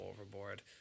overboard